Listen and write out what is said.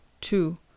two